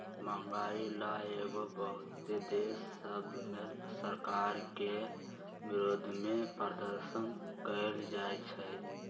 महंगाई लए के बहुते देश सभ में सरकार के विरोधमें प्रदर्शन कएल जाइ छइ